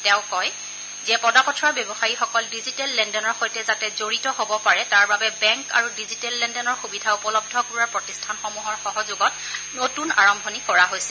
তেওঁ কয় যে পদপথৰ ব্যৱসায়ীসকল ডিজিটেল লেনদেনৰ সৈতে যাতে জড়িত হব পাৰে তাৰে বাবে বেংক আৰু ডিজিটেল লেনদেনৰ সুবিধা উপলব্ধ কৰোৱা প্ৰতিষ্ঠানসমূহৰ সহযোগত নতুন আৰম্ভণি কৰা হৈছে